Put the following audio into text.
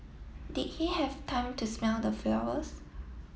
did he have time to smell the flowers